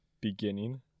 beginning